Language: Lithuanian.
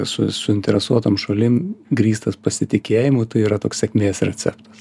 su suinteresuotom šalim grįstas pasitikėjimu tai yra toks sėkmės receptas